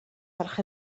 gwelwch